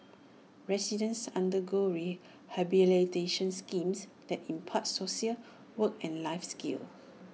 residents undergo rehabilitations schemes that impart social work and life skills